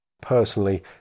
Personally